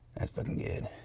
that's been good.